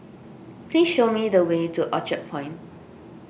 please show me the way to Orchard Point